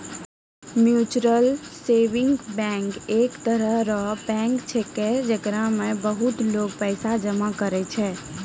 mutual saving bank एक तरह रो बैंक छैकै, जेकरा मे बहुते लोगें पैसा जमा करै छै